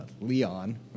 Leon